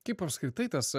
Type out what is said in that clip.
kaip apskritai tas